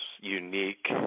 unique